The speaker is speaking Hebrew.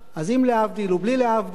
אז עם להבדיל ובלי להבדיל,